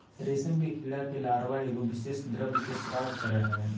रेशम के कीड़ा के लार्वा एगो विशेष द्रव के स्त्राव करय हइ